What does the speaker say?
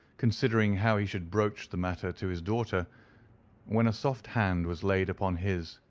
considering how he should broach the matter to his daughter when a soft hand was laid upon his,